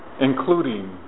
including